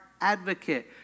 advocate